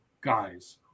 guys